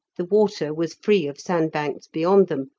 the water was free of sandbanks beyond them,